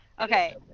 Okay